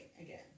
again